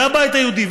והבית היהודי,